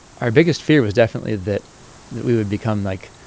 our biggest fear was definitely that that we would become, like,